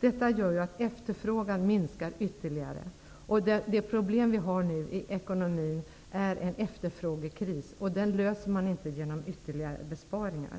Detta gör att efterfrågan minskar ytterligare. Det problem vi nu har i ekonomin är en efterfrågekris, och det löser man inte genom ytterligare besparingar.